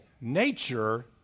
Nature